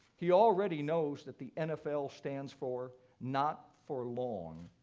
he already knows that the nfl stands for not for long.